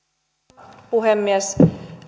arvoisa puhemies